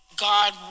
God